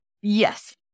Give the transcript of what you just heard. Yes